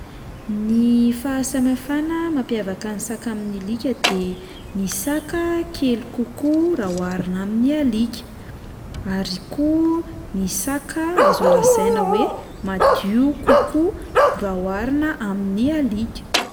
Ny fahasamihafana mampiavaka ny saka amin'ny alika de ny saka kely kokoa raha oharina amin'ny alika, ary koa ny saka azo lazaina hoe madio kokoa raha oharina amin'ny alika.